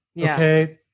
Okay